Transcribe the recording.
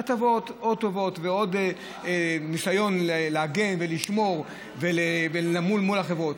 הטבות או טובות וניסיון להגן ולשמור מול החברות.